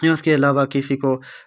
یا اس کے علاوہ کسی کو